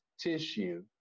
tissue